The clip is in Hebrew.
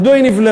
מדוע היא נבלמה?